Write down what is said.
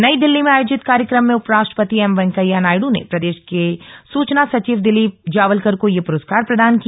नई दिल्ली में आयोजित कार्यक्रम में उपराष्ट्रपति एम वेंकैया नायडू ने प्रदेश के सूचना सचिव दिलीप जावलकर को यह पुरस्कार प्रदान किया